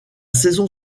saison